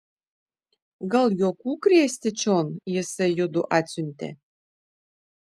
gal juokų krėsti čion jisai judu atsiuntė